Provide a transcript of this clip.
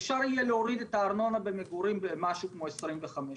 אפשר יהיה להוריד את הארנונה במגורים במשהו כמו 25 אחוז,